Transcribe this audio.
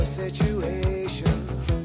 situations